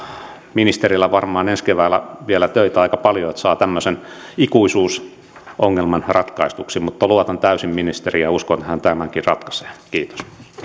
ministerillä varmaan ensi keväänä vielä töitä aika paljon että saa tämmöisen ikuisuusongelman ratkaistuksi mutta luotan täysin ministeriin ja uskon että hän tämänkin ratkaisee kiitos